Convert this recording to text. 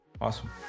Awesome